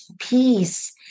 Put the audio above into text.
peace